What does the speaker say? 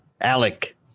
Alec